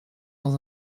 dans